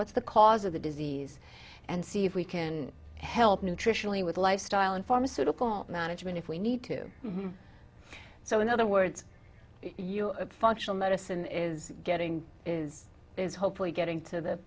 what's the cause of the disease and see if we can help nutritionally with lifestyle and pharmaceutical management if we need to so in other words you know a functional medicine is getting is is hopefully getting to the